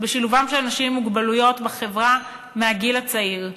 בשילובם של אנשים עם מוגבלויות בחברה כבר מהגיל הצעיר.